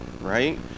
right